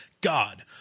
God